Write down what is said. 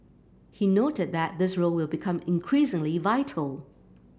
he noted that this role will become increasingly vital